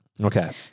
Okay